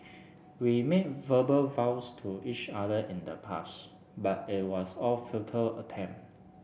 we made verbal vows to each other in the past but it was a futile attempt